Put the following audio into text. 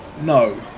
No